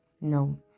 no